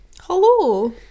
Hello